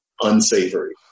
unsavory